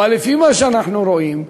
אבל לפי מה שאנחנו רואים,